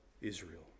Israel